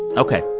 ok.